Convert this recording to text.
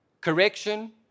correction